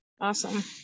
awesome